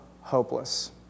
hopeless